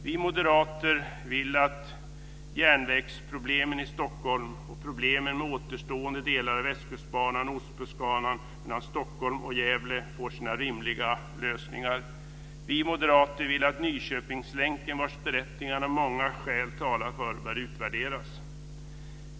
Vi moderater vill att järnvägsproblemen i Stockholm och problemen med återstående delar av Västkustbanan och Ostkustbanan mellan Stockholm och Gävle får sina rimliga lösningar. Vi moderater vill att Nyköpingslänken, vars berättigande många skäl talar för, bör utvärderas.